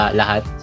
lahat